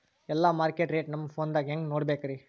ಎಲ್ಲಾ market rate ನಮ್ ಫೋನದಾಗ ಹೆಂಗ ನೋಡಕೋಬೇಕ್ರಿ?